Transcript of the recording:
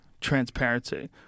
transparency